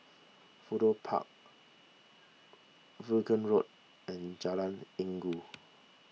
Fudu Park Vaughan Road and Jalan Inggu